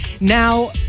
now